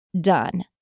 done